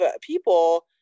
people